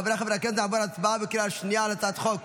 חבריי חברי הכנסת הצבעה בקריאה שנייה על הצעת חוק